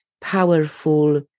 powerful